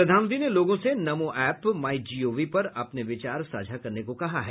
प्रधानमंत्री ने लोगों से नमो ऐप माइ जीओवी पर अपने विचार साझा करने को कहा है